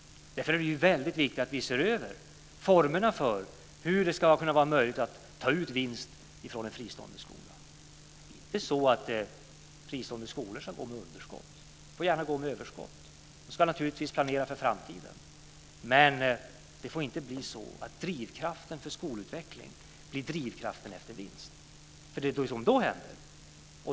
Därför är det väldigt viktigt att vi ser över formerna för hur det ska vara möjligt att ta ut vinst från en fristående skola. Det är inte så att fristående skolor ska gå med underskott. De får gärna gå med överskott. De ska naturligtvis planera för framtiden. Men drivkraften för skolutveckling får inte bli drivkraften efter vinst.